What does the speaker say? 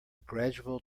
gradual